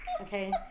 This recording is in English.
okay